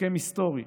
הסכם היסטורי